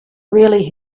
really